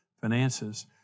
finances